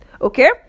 Okay